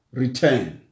return